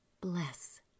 Bless